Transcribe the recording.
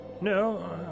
No